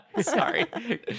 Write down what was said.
Sorry